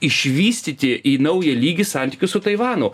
išvystyti į naują lygį santykius su taivanu